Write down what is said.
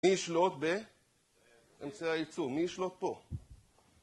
מי ישלוט באמצעי הייצוא? מי ישלוט פה?